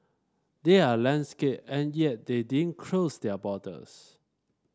they're land scarce and yet they didn't close their borders